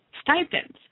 stipends